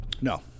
No